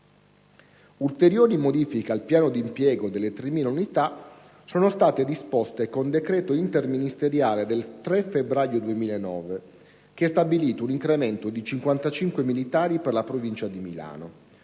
ulteriori modifiche al piano d'impiego delle 3.000 unità sono state disposte con decreto interministeriale del 3 febbraio 2009 che ha stabilito un incremento di 55 militari per la provincia di Milano: